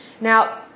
Now